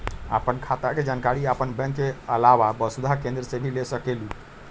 आपन खाता के जानकारी आपन बैंक के आलावा वसुधा केन्द्र से भी ले सकेलु?